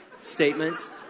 statements